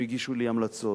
הם הגישו לי המלצות.